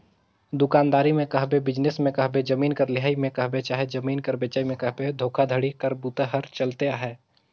दुकानदारी में कहबे, बिजनेस में कहबे, जमीन कर लेहई में कहबे चहे जमीन कर बेंचई में कहबे धोखाघड़ी कर बूता हर चलते अहे